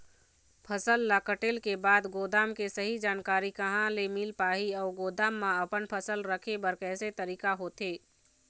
फसल ला कटेल के बाद गोदाम के सही जानकारी कहा ले मील पाही अउ गोदाम मा अपन फसल रखे बर कैसे तरीका होथे?